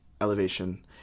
Elevation